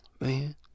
Man